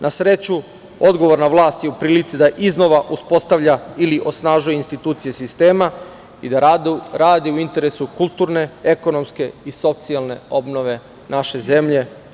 Na sreću, odgovorna vlast je u prilici da iznova uspostavlja ili osnažuje institucije sistema i da radi u interesu kulturne, ekonomske i socijalne obnove naše zemlje.